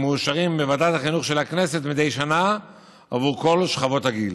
מאושרים בוועדת החינוך של הכנסת מדי שנה עבור כל שכבות הגיל.